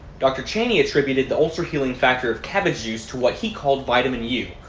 dr. cheney attributed the ulcer healing factor of cabbage juice to what he called vitamin u.